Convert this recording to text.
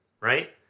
Right